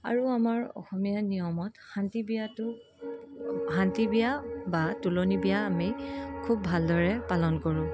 আৰু আমাৰ অসমীয়া নিয়মত শান্তিবিয়াটো শান্তিবিয়া বা তোলনি বিয়া আমি খুব ভালদৰে পালন কৰোঁ